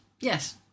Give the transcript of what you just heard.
Yes